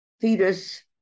fetus